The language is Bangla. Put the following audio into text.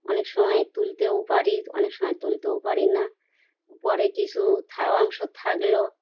অনেক সময় তুলতেও পারি অনেক সময় তুলতেও পারি না পরে কিছু অংশ থাকল